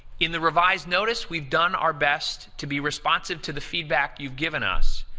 in the revised notice, we've done our best to be responsive to the feedback you've given us,